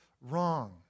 wrong